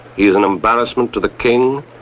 he is an embarrassment to the king,